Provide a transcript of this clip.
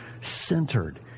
centered